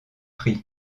prix